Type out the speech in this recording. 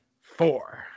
four